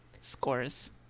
scores